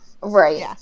right